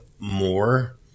more